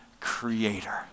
creator